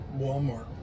walmart